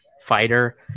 fighter